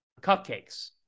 cupcakes